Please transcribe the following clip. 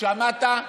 שמעת?